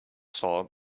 saw